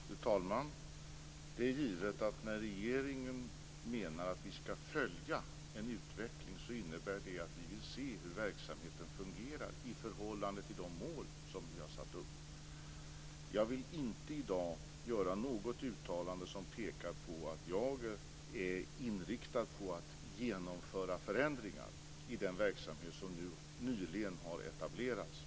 Fru talman! Det är givet att när regeringen menar att vi skall följa en utveckling så innebär det att vi vill se hur verksamheten fungerar i förhållande till de mål som vi har satt upp. Jag vill inte i dag göra något uttalande som pekar på att jag är inriktad på att genomföra förändringar i den verksamhet som nyligen har etablerats.